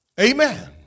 Amen